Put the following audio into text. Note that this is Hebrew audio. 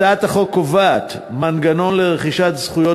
הצעת החוק קובעת מנגנון לרכישת זכויות